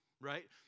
right